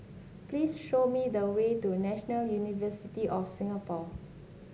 please show me the way to National University of Singapore